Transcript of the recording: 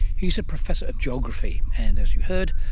he is a professor of geography and, as you heard,